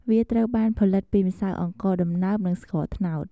វាត្រូវបានផលិតពីម្សៅអង្ករដំណើប និងស្ករត្នោត។